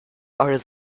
are